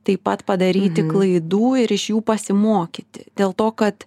taip pat padaryti klaidų ir iš jų pasimokyti dėl to kad